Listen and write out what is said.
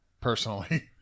personally